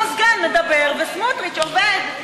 חברים, במזגן, למה אתה לא בשטח, עם האנשים?